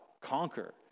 conquer